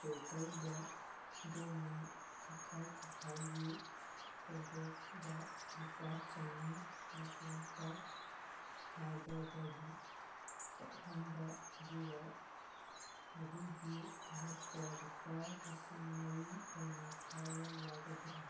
ꯄꯦꯄꯜꯗ ꯑꯗꯣꯝꯅ ꯊꯥꯈꯥꯏ ꯊꯥꯈꯥꯏꯒꯤ ꯇꯣꯝꯄꯣꯛꯇ ꯂꯨꯄꯥ ꯆꯅꯤ ꯃꯇꯣꯝꯇ ꯊꯥꯗꯕꯗꯨ ꯂꯦꯞꯍꯟꯕ ꯑꯗꯨꯒ ꯃꯗꯨꯒꯤ ꯃꯍꯨꯠꯇ ꯂꯨꯄꯥ ꯂꯤꯁꯤꯡ ꯃꯔꯤ ꯑꯣꯏꯅ ꯊꯥꯕ ꯌꯥꯒꯗ꯭ꯔꯥ